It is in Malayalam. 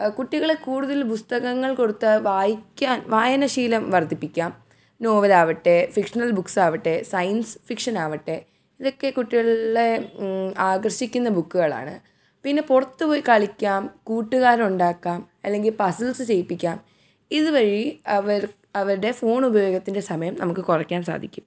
കുട്ടികളെ കൂടുതൽ പുസ്തകങ്ങൾ കൊടുത്ത് വായിക്കാൻ വായന ശീലം വർദ്ധിപ്പിക്കാം നോവലാവട്ടെ ഫിക്ഷണൽ ബുക്സാവട്ടെ സയൻസ് ഫിക്ഷനാവട്ടെ ഇതൊക്കെ കുട്ടികളെ ആകർഷിക്കുന്ന ബുക്കുകളാണ് പിന്നെ പുറത്ത് പോയി കളിക്കാം കൂട്ടുകാരൊണ്ടാക്കാം അല്ലെങ്കിൽ പസിൽസ് ചെയ്യിപ്പിക്കാം ഇത് വഴി അവർ അവരുടെ ഫോണുപയോഗത്തിൻ്റെ സമയം നമുക്ക് കുറയ്ക്കാൻ സാധിക്കും